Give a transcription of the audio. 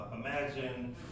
imagine